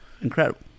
incredible